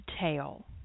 tail